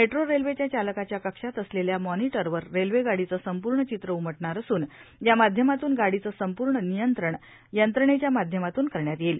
metro रेल्वेच्या चालकाच्या कक्षात असलेल्या मानिटरवर रेल्वे गाडीचे संपूर्ण चित्र उमटणार असूनए या माध्यमातून गापीचं संपूर्ण नियंत्रण यंत्रणेच्या माध्यमातून करण्यात येईल